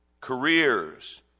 careers